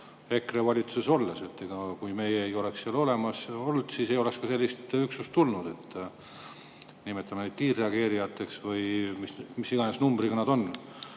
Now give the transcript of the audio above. EKRE valitsuses olemisele. Kui meie ei oleks seal olnud, siis ei oleks ka sellist üksust tulnud. Nimetame neid kiirreageerijateks, mis iganes numbriga nad on.